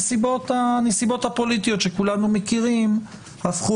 הנסיבות הפוליטיות שכולנו מכירים הפכו